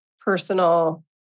personal